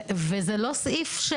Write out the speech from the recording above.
אני גרה בקיבוץ כפר עזה.